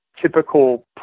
typical